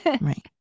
right